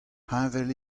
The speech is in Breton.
heñvel